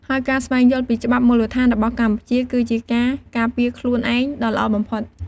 ហើយការស្វែងយល់ពីច្បាប់មូលដ្ឋានរបស់កម្ពុជា គឺជាការការពារខ្លួនឯងដ៏ល្អបំផុត។